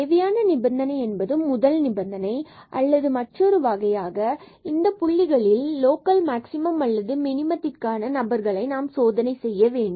தேவையான நிபந்தனை என்பது முதல் நிபந்தனை அல்லது மற்றொரு வகையாக இந்த புள்ளிகளில் லோக்கல் மேக்ஸிமம் அல்லது மினிமதத்திற்கான நபர்களை நாம் சோதனை செய்ய வேண்டும்